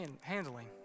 handling